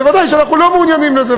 ודאי שאנחנו לא מעוניינים בזה.